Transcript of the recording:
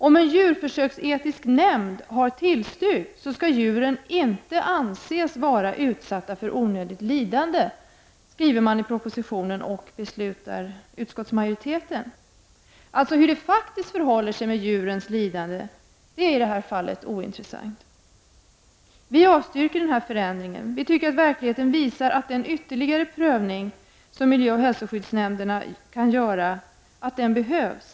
Om en djurförsöksetisk nämnd har tillstyrkt försöket, så skall djuren inte anses vara utsatta för onödigt lidande, skrivs det i propositionen, och det anser också utskottsmajoriteten. Hur det faktiskt förhåller sig med djurens lidande är följaktligen ointressant. Vi avstyrker förslaget till förändring. Vi anser att verkligheten visar att den ytterligare prövning som miljöoch hälsoskyddsnämnderna kan göra behövs.